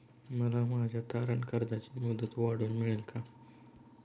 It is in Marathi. मला माझ्या तारण कर्जाची मुदत वाढवून मिळेल का?